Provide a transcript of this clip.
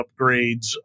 upgrades